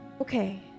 Okay